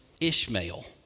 Ishmael